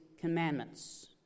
commandments